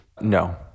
No